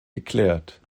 geklärt